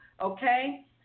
okay